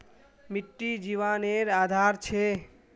मिटटी जिवानेर आधार छे